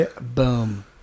boom